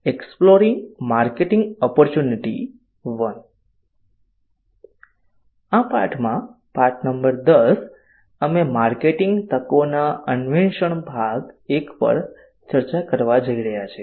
આ પાઠમાં પાઠ નંબર 10 અમે માર્કેટિંગ તકોના અન્વેષણ ભાગ 1 પર ચર્ચા કરવા જઈ રહ્યા છીએ